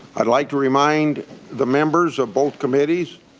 i'd like to remind the members of both committees